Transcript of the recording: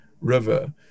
river